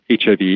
HIV